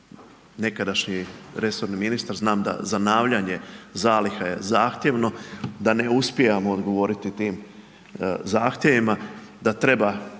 nekadašnji resorni ministar znam da zanavljanje zaliha je zahtjevno, da ne uspijevamo odgovoriti tim zahtjevima, da treba